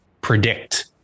predict